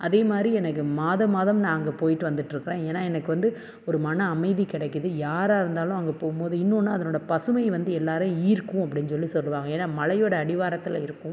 அதே மாதிரி எனக்கு மாத மாதம் நான் அங்கே போய்ட்டு வந்துட்டிருக்குறேன் ஏன்னால் எனக்கு வந்து ஒரு மன அமைதி கிடைக்கிது யாராக இருந்தாலும் அங்கே போகும்போது இன்னோன்று அதனோடய பசுமை வந்து எல்லோரையும் ஈர்க்கும் அப்டின்னு சொல்லி சொல்லுவாங்க ஏன்னால் மலையோடய அடிவாரத்தில் இருக்கும்